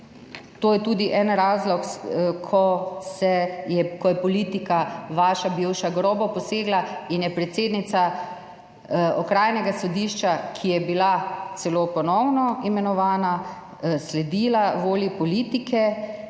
to je tudi en razlog, ko je politika, vaša bivša, grobo posegla in je predsednica okrajnega sodišča, ki je bila celo ponovno imenovana, sledila volji politike